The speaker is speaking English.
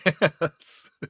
Yes